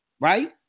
Right